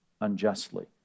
unjustly